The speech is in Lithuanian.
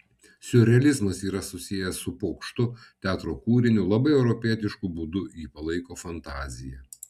siurrealizmas yra susijęs su pokštu teatro kūriniu labai europietišku būdu jį palaiko fantazija